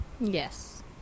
Yes